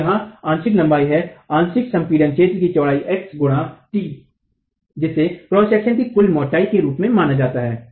तो यहाँ आंशिक लंबाई है आंशिक संपीडित क्षेत्र की चौड़ाई x गुणा t जिसे क्रॉस सेक्शन की कुल मोटाई के रूप में जाना जाता है